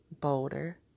bolder